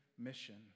mission